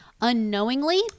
unknowingly